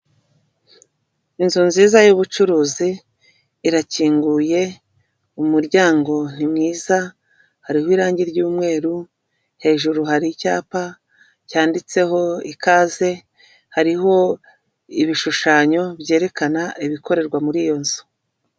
Inzu nziza yubucuruzi irakinguye umuryango ni mwiza hariho irange ry'umweru hejuru hari icyapa cyanditseho ikaze hariho ibishushanyo byerekana ibikorerwa muri iyo nzu.